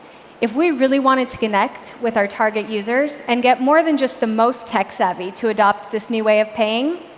if we really wanted to connect with our target users and get more than just the most tech savvy to adopt this new way of paying,